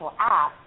app